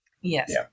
yes